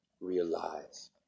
Realize